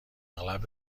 اغلب